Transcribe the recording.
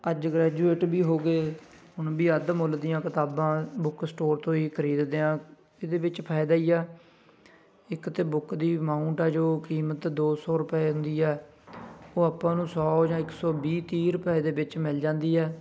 ਅੱਜ ਗ੍ਰੈਜੂਏਟ ਵੀ ਹੋ ਗਏ ਹੁਣ ਵੀ ਅੱਧ ਮੁੱਲ ਦੀਆਂ ਕਿਤਾਬਾਂ ਬੁੱਕ ਸਟੋਰ ਤੋਂ ਹੀ ਖਰੀਦਦੇ ਹਾਂ ਇਹਦੇ ਵਿੱਚ ਫਾਇਦਾ ਹੀ ਆ ਇੱਕ ਤਾਂ ਬੁੱਕ ਦੀ ਮਾਊਂਟ ਹੈ ਜੋ ਕੀਮਤ ਦੋ ਸੌ ਰੁਪਏ ਹੁੰਦੀ ਏ ਉਹ ਆਪਾਂ ਨੂੰ ਸੌ ਜਾਂ ਇੱਕ ਸੌ ਵੀਹ ਤੀਹ ਰੁਪਏ ਦੇ ਵਿੱਚ ਮਿਲ ਜਾਂਦੀ ਏ